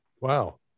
Wow